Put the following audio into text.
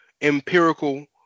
empirical